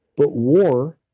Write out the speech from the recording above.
but war,